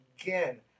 again